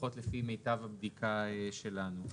לפחות לפי מיטב הבדיקה שלנו.